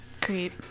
Creep